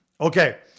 Okay